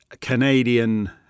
Canadian